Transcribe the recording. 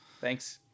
Thanks